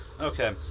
Okay